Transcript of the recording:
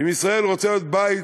אם ישראל רוצה להיות בית